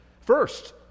First